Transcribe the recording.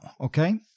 okay